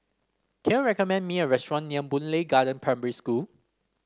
can you recommend me a restaurant near Boon Lay Garden Primary School